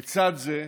לצד זה,